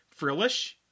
Frillish